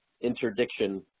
interdiction